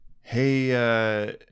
hey